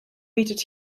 bietet